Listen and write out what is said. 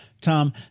Tom